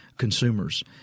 Consumers